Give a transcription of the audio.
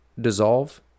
dissolve